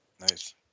Nice